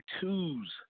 twos